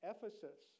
Ephesus